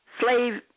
slave